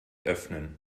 öffnen